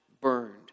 burned